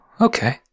okay